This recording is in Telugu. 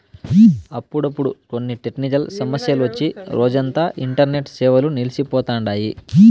అప్పుడప్పుడు కొన్ని టెక్నికల్ సమస్యలొచ్చి రోజంతా ఇంటర్నెట్ సేవలు నిల్సి పోతండాయి